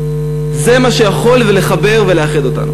זה מה שיכול לחבר ולאחד אותנו.